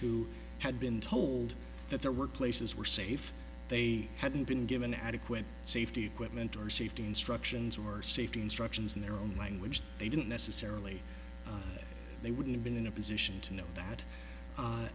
who had been told that their workplaces were safe they hadn't been given adequate safety equipment or safety instructions or safety instructions in their own language they didn't necessarily they wouldn't have been in a position to know that